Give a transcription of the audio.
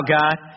God